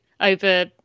over